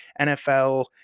NFL